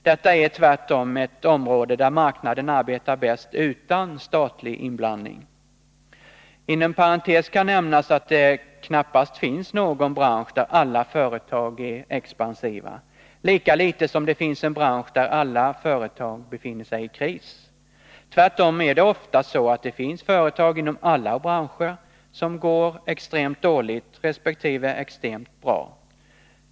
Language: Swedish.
Detta är tvärtom ett område där marknaden arbetar bäst utan statlig inblandning. Inom parentes kan nämnas att det knappast finns någon bransch där alla företag är expansiva, lika litet som det finns en bransch där alla företag befinner sig i kris. Tvärtom är det oftast så att det finns företag inom alla branscher som går extremt dåligt resp. extremt bra.